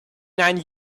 nine